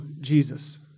Jesus